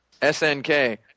SNK